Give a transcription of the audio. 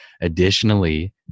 additionally